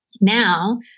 Now